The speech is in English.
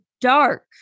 dark